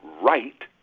right